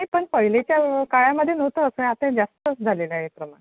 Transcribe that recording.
ए पण पहिल्याच्या काळामध्ये नव्हतं असं आता हे जास्तच झालेलं आहे प्रमाण